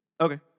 okay